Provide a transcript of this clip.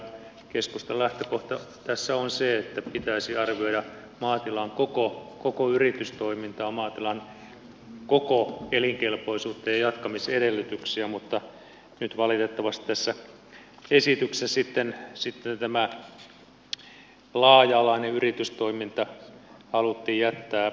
keskustan lähtökohta tässä on se että pitäisi arvioida maatilan koko yritystoimintaa maatilan koko elinkelpoisuutta ja jatkamisedellytyksiä mutta nyt valitettavasti tässä esityksessä sitten tämä laaja alainen yritystoiminta haluttiin jättää pois